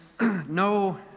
no